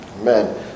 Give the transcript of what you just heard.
Amen